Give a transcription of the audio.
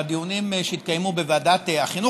בדיונים שהתקיימו בוועדת החינוך,